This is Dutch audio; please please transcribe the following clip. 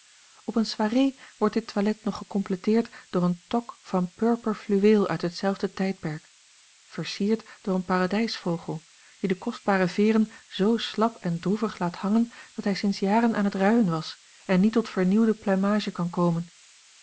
op eene soirée wordt dit toilet nog gecompleteerd door een toque van purper fluweel uit hetzelfde tijdperk versierd door een paradijsvogel die de kostbare veeren zoo slap en droevig laat hangen of hij sinds jaren aan het ruien was en niet tot vernieuwde pluimage kan komen